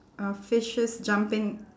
uh fishes jumping